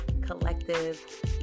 Collective